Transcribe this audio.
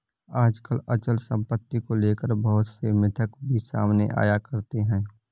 आजकल अचल सम्पत्ति को लेकर बहुत से मिथक भी सामने आया करते हैं